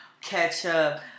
ketchup